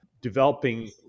developing